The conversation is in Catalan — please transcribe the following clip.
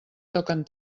toquen